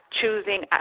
choosing